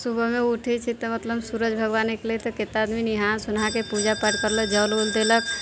सुबहमे उठै छियै तऽ मतलब सूरज भगवाने निकलै तऽ कितना आदमी नहा सुनाके पूजा पाठ करले जल उल देलक